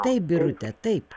taip birute taip